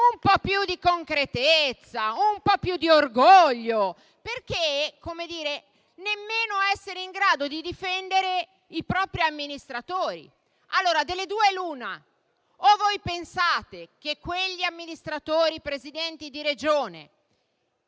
un po' più concretezza, un po' più orgoglio, perché non si è nemmeno stati in grado di difendere i propri amministratori. Allora delle due l'una: o voi pensate che quegli amministratori e Presidenti di Regione